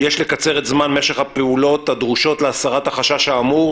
יש לקצר את זמן משך הפעולות הדרושות להסרת החשש האמור,